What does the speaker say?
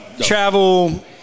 Travel